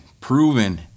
proven